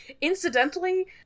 Incidentally